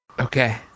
Okay